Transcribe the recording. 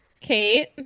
Kate